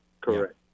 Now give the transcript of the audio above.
Correct